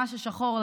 מה ששחור,